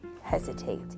hesitate